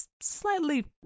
slightly